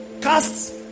cast